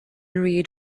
read